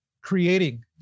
creating